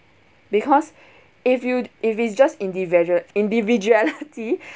because if you if it's just individual individuality